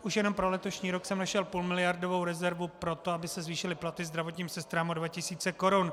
Už jenom pro letošní rok jsem našel půlmiliardovou rezervu pro to, aby se zvýšily platy zdravotním sestrám o dva tisíce korun.